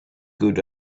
good